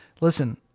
listen